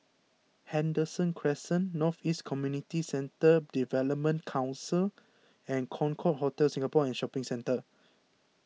Henderson Crescent North East Community Centre Development Council and Concorde Hotel Singapore and Shopping Centre